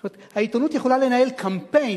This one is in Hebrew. זאת אומרת, העיתונות יכולה לנהל קמפיין